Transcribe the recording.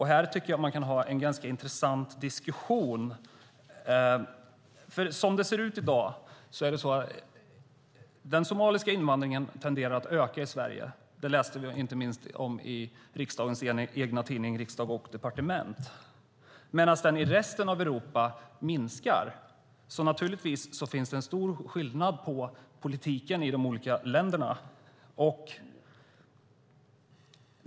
Här tycker jag att man kan föra en ganska intressant diskussion. Som det ser ut i dag tenderar den somaliska invandringen till Sverige att öka. Det läste vi inte minst om i riksdagens egen tidning, Riksdag & Departement. Men i resten av Europa minskar den. Naturligtvis finns det då en stor skillnad på politiken i de olika länderna.